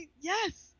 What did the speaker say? Yes